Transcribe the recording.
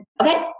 okay